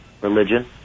religion